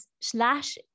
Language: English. slash